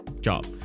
job